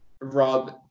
Rob